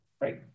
Great